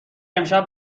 امشب